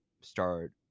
start